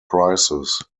prices